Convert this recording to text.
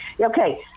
okay